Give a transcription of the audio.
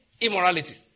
immorality